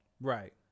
Right